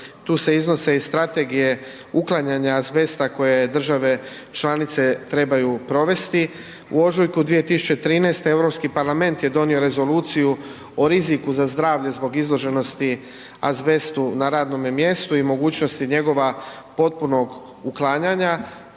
tu se iznose i strategije uklanjanja azbesta koje države članice trebaju provesti. U ožujku 2013. Europski parlament je donio rezoluciju o riziku za zdravlje zbog izloženosti azbestu na radnome mjestu i mogućnosti njegova potpunog uklanjanja.